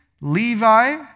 Levi